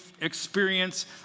experience